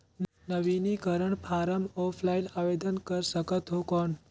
नवीनीकरण form offline आवेदन कर सकत हो कौन?